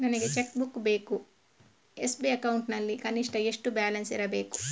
ನನಗೆ cheque book ಬೇಕು SB account ನಲ್ಲಿ ಕನಿಷ್ಠ ಎಷ್ಟು ಬ್ಯಾಲೆನ್ಸ್ ಇರಬೇಕು?